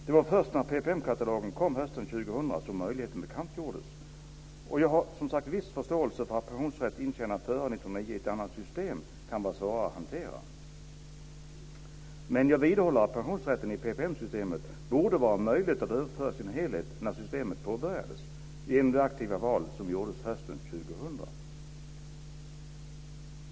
Det var först när PPM-katalogen kom hösten 2000 som möjligheten bekantgjordes. Jag har viss förståelse för att pensionsrätt intjänad före 1999, i ett annat system, kan vara svårare att hantera. Men jag vidhåller att pensionsrätten i PPM-systemet borde ha varit möjlig att överföra i sin helhet när systemet påbörjades genom det aktiva val som gjordes hösten 2000.